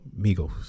migos